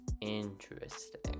interesting